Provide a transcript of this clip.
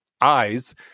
eyes